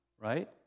right